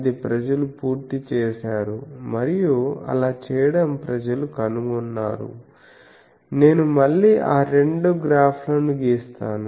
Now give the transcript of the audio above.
అది ప్రజలు పూర్తి చేసారు మరియు అలా చేయడం ప్రజలు కనుగొన్నారు నేను మళ్ళీ ఆ రెండు గ్రాఫ్లను గీస్తాను